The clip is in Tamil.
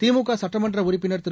திமுக சட்டமன்ற உறுப்பினர் திரு